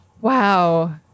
Wow